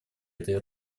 этой